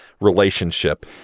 relationship